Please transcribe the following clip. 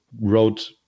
wrote